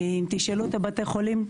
תשאלו את בתי החולים,